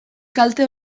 kalte